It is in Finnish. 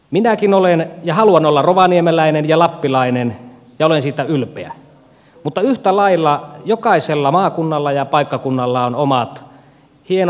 minäkin olen ja haluan olla rovaniemeläinen ja lappilainen ja olen siitä ylpeä mutta yhtä lailla jokaisella maakunnalla ja paikkakunnalla on omat hienot erityispiirteensä